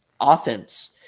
offense